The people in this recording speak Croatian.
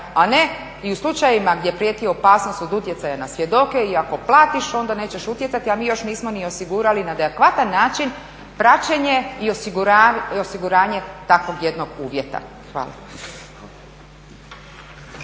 a ne i u slučajevima gdje prijeti opasnost od utjecaja na svjedoke i ako platiš onda nećeš utjecati, a mi još nismo ni osigurali na adekvatan način praćenje i osiguranje takvog jednog uvjeta. Hvala.